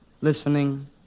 listening